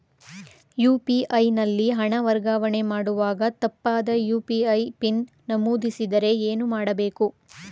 UPI ನಲ್ಲಿ ಹಣ ವರ್ಗಾವಣೆ ಮಾಡುವಾಗ ತಪ್ಪಾದ ಯು.ಪಿ.ಐ ಪಿನ್ ನಮೂದಿಸಿದರೆ ಏನು ಮಾಡಬೇಕು?